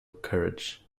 courage